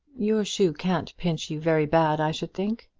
your shoe can't pinch you very bad, i should think.